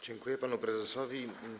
Dziękuję panu prezesowi.